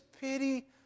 pity